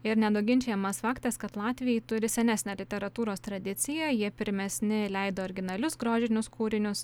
ir nenuginčijamas faktas kad latviai turi senesnę literatūros tradiciją jie pirmesni leido originalius grožinius kūrinius